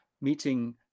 meeting